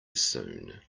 soon